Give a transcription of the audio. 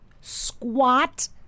squat